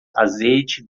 azeite